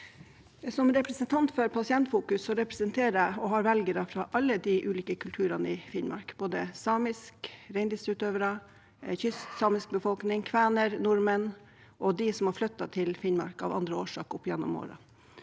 Som representant for Pa- sientfokus representerer jeg og har velgere fra alle de ulike kulturene i Finnmark, både samiske reindriftsutøvere, kystsamisk befolkning, kvener, nordmenn og de som har flyttet til Finnmark av andre årsaker opp gjennom årene.